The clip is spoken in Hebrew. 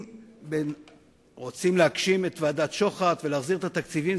אם רוצים להגשים את המלצות ועדת-שוחט ולהחזיר את התקציבים,